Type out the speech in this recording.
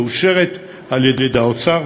מאושרת על-ידי האוצר,